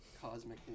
cosmic